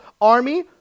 army